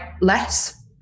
less